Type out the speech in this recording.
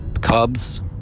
Cubs